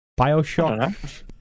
Bioshock